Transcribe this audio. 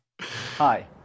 Hi